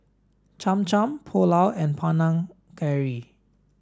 Cham Cham Pulao and Panang Curry